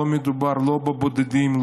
לא מדובר לא בבודדים,